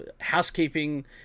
housekeeping